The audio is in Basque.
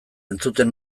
entzuten